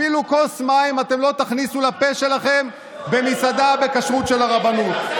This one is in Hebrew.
אפילו כוס מים אתם לא תכניסו לפה שלכם במסעדה בכשרות של הרבנות.